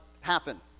happen